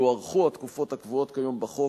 יוארכו התקופות הקבועות כיום בחוק,